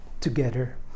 together